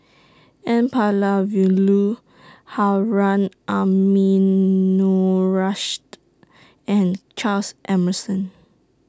N Palanivelu Harun Aminurrashid and Charles Emmerson